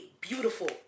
Beautiful